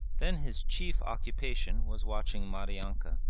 then his chief occupation was watching maryanka,